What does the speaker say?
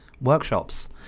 workshops